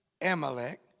Amalek